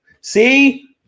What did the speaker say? See